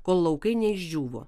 kol laukai neišdžiūvo